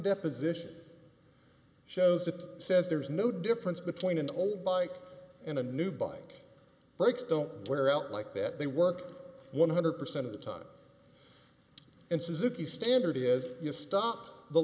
deposition shows it says there's no difference between an old bike and a new bike likes don't wear out like that they work one hundred percent of the time and suzuki standard has to stop the